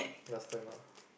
last time what